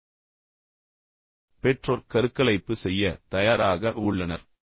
எனவே நீங்கள் கவனித்தால் நாள்பட்ட நோய் இருக்கும் ஒரு வழக்கு உங்களுக்கு வழங்கப்படுகிறது பின்னர் நாள்பட்ட மரணம் உள்ளது